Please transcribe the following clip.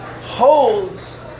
holds